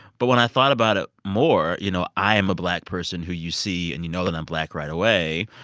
but when i thought about it more you know, i am a black person who you see, and you know that i'm black right away.